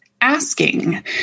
asking